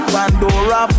Pandora